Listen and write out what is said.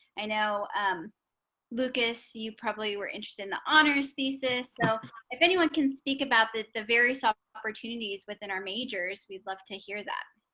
i know i'm lucas, you probably were interested in the honors thesis. so if anyone can speak about the the various ah opportunities within our majors. we'd love to hear that.